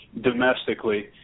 domestically